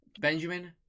Benjamin